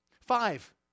Five